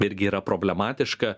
irgi yra problematiška